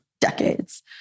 decades